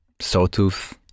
Sawtooth